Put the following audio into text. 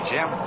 Jim